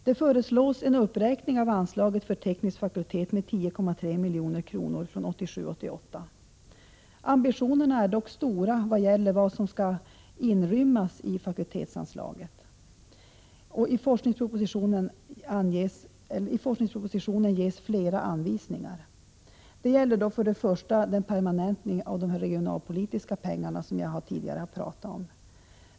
Det föreslås en uppräkning av anslaget för teknisk fakultet med 10,3 milj.kr. från 1987/88. Ambitionerna är dock stora vad gäller vad som skall inrymmas i fakultetsanslaget. I forskningspropositionen ges flera anvisningar. Det gäller först och främst den permanentning av de regionalpolitiska pengarna som jag tidigare har talat om.